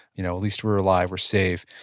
you know at least we're alive, we're safe,